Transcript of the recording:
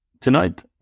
tonight